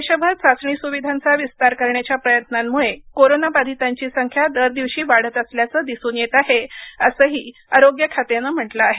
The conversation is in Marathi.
देशभर चाचणी सुविधांचा विस्तार करण्याच्या प्रयत्नांमुळे कोरोना बाधितांची संख्या दर दिवशी वाढत असल्याचं दिसून येतआहे असंही आरोग्य खात्यानं म्हटलं आहे